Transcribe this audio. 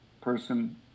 person